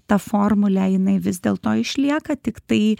ta formulė jinai vis dėlto išlieka tiktai